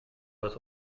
das